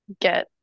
get